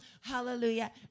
Hallelujah